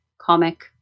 comic